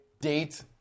date